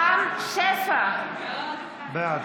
שפע, בעד